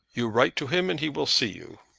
you write to him, and he will see you.